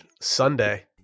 Sunday